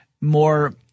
more